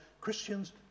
Christians